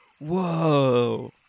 Whoa